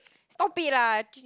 stop it lah Jun~